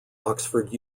oxford